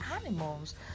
animals